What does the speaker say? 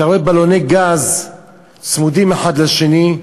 אתה רואה בלוני גז צמודים האחד לשני,